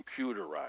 computerized